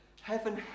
Heaven